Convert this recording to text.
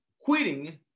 quitting